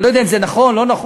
אני לא יודע אם זה נכון, לא נכון.